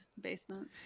basement